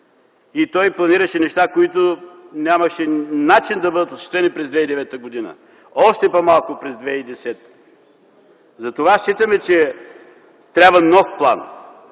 и той планираше неща, които нямаше начин да бъдат осъществени през 2009 г., още по-малко през 2010 г. Затова смятаме, че трябва нов план.